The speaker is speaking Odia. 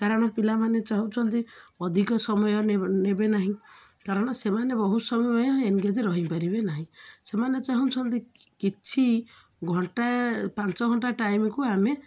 କାରଣ ପିଲାମାନେ ଚାହୁଁଛନ୍ତି ଅଧିକ ସମୟେ ନେବେ ନାହିଁ କାରଣ ସେମାନେ ବହୁତ ସମୟ ଏନଗେଜ୍ ରହିପାରିବେ ନାହିଁ ସେମାନେ ଚାହୁଁଛନ୍ତି କିଛି ଘଣ୍ଟା ପାଞ୍ଚ ଘଣ୍ଟା ଟାଇମ୍କୁ ଆମେ